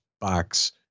box